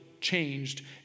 changed